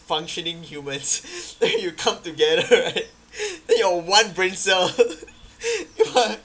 functioning humans then you come together right then you're one brain cell